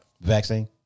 vaccine